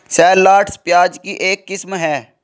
shallots, प्याज की एक किस्म है